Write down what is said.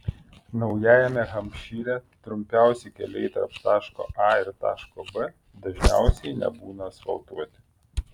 naujajame hampšyre trumpiausi keliai tarp taško a ir taško b dažniausiai nebūna asfaltuoti